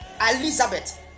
Elizabeth